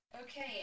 Okay